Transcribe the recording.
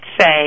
say